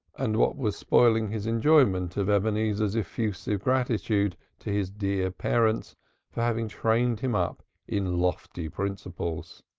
and what was spoiling his enjoyment of ebenezer's effusive gratitude to his dear parents for having trained him up in lofty principles.